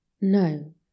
No